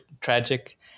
tragic